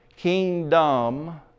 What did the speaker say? kingdom